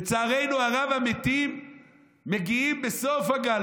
לצערנו הרב המתים מגיעים בסוף הגל,